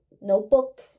notebook